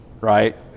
right